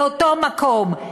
באותו מקום.